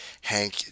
Hank